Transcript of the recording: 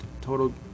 total